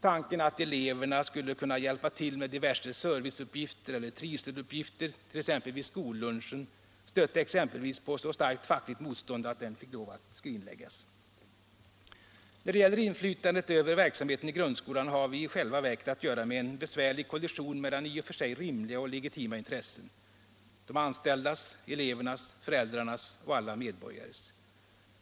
Tanken att eleverna skulle kunna hjälpa till med diverse serviceuppgifter eller trivseluppgifter, t.ex. vid skollunchen, stötte exempelvis på så starkt fackligt motstånd att den fick lov att skrinläggas. När det gäller inflytandet över verksamheten i grundskolan har vi i själva verket att göra med en besvärlig kollision mellan i och för sig rimliga och legitima intressen: de anställdas, elevernas, föräldrarnas och alla medborgares.